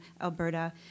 Alberta